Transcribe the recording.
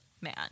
man